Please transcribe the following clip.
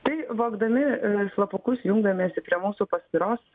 tai vogdami slapukus jungdamiesi prie mūsų paskyros